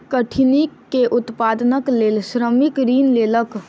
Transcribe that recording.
कठिनी के उत्पादनक लेल श्रमिक ऋण लेलक